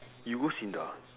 you go SINDA